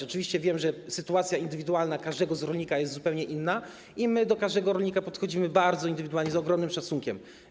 Oczywiście wiem, że sytuacja indywidualna każdego rolnika jest zupełnie inna, i my do każdego rolnika podchodzimy bardzo indywidualnie, z ogromnym szacunkiem.